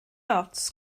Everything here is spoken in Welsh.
ots